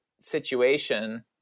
situation